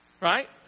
Right